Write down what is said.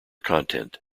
content